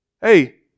hey